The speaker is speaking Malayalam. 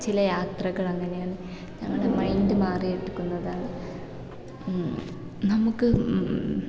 ചില യാത്രകൾ അങ്ങനെയാണ് നമ്മുടെ മൈൻഡ് മാറിയെടുക്കുന്നതാണ് നമുക്ക്